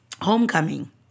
homecoming